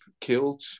killed